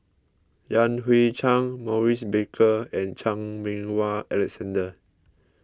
Yan Hui Chang Maurice Baker and Chan Meng Wah Alexander